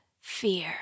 fear